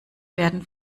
werden